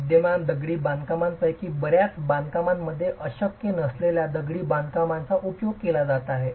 विद्यमान दगडी बांधकामांपैकी बऱ्याच बांधकामांमध्ये अशक्य नसलेल्या दगडी बांधकामांचा उपयोग केला गेला आहे